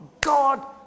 God